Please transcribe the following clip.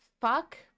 fuck